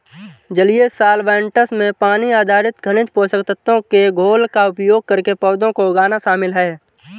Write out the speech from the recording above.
जलीय सॉल्वैंट्स में पानी आधारित खनिज पोषक तत्वों के घोल का उपयोग करके पौधों को उगाना शामिल है